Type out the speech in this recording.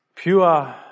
Pure